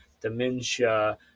dementia